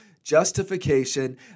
Justification